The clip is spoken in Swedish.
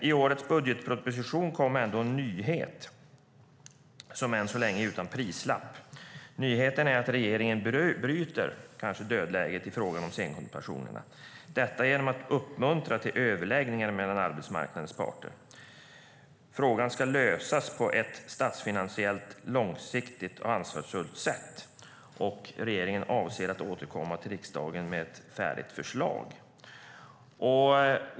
I årets budgetproposition kom ändå en nyhet som än så länge är utan prislapp. Nyheten är att regeringen kanske bryter dödläget i frågan om scenkonstpensionerna genom att uppmuntra till överläggningar mellan arbetsmarknadens parter. Frågan ska lösas på ett statsfinansiellt långsiktigt och ansvarsfullt sätt. Regeringen avser att återkomma till riksdagen med ett färdigt förslag.